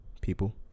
people